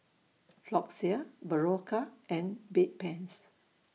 Floxia Berocca and Bedpans